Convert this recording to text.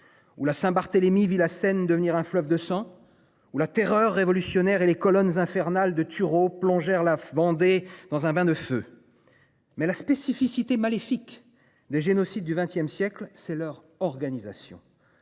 Ou la Saint-Barthélemy vit la scène devenir un fleuve de sang ou la terreur révolutionnaire et les colonnes infernales de Turow plongeurs la Vendée dans un bain de feu. Mais la spécificité maléfique des génocides du XXe siècle c'est leur organisation,